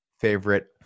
favorite